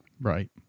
Right